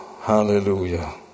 hallelujah